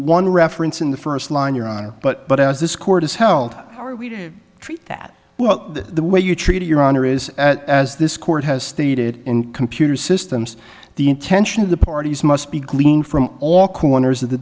one reference in the first line your honor but as this court is held are we to treat that well the way you treat your honor is as this court has stated in computer systems the intention of the parties must be gleaned from all corners of the